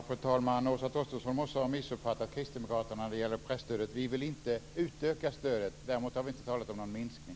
Fru talman! Åsa Torstensson måste ha missuppfattat Kristdemokraterna när det gäller presstödet. Vi vill inte utöka stödet, men vi har inte heller talat om någon minskning.